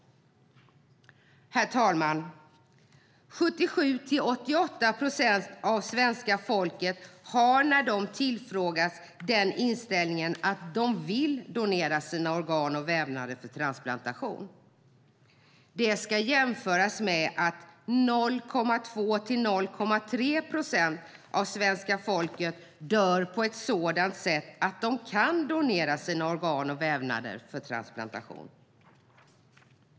Herr talman! 77-88 procent av svenska folket har när de tillfrågas inställningen att de vill donera sina organ och vävnader för transplantation. Det ska jämföras med att endast 0,2-0,3 procent av svenska folket dör på ett sådant sätt att de kan donera sina organ och vävnader för transplantation.